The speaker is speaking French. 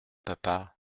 papa